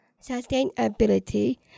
Sustainability